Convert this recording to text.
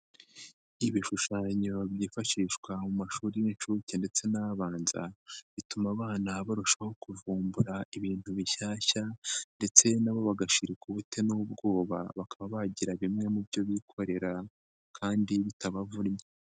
Ibishushanyo byifashishwa mu mashuri y'inshuke ndetse n' abanza, bituma abana barushaho kuvumbura ibintu bishyashya ndetse nabo bagashirika ubute n'ubwoba bakaba bagira bimwe mu byo bikorera kandi bitabavunnye.